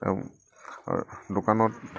দোকানত